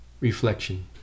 Reflection